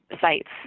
sites